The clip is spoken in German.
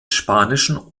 spanischen